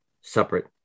separate